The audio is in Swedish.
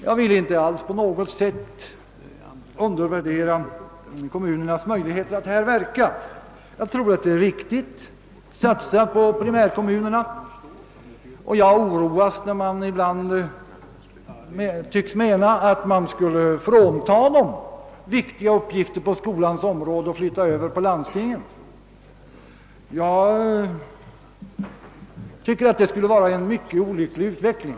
Jag vill inte alls undervärdera kommunernas möjligheter att verka på detta område utan tror att det är riktigt att satsa på primärkommunerna. Jag oroas, när man ibland tycks mena, att man borde frånta kommunerna viktiga uppgifter på skolans område och överföra dem till landstingen. Det anser jag skulle vara en mycket olycklig utveckling.